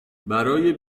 برای